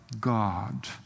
God